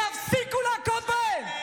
תפסיקו להכות בהם.